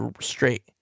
straight